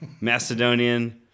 Macedonian